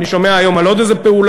ואני שומע היום על עוד איזו פעולה,